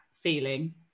feeling